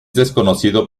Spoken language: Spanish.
desconocido